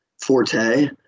forte